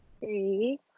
Three